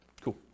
Cool